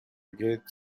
gate